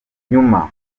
nyuma